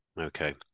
Okay